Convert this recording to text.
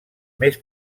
més